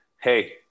hey